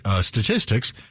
statistics